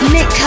Nick